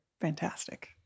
fantastic